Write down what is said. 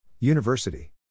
University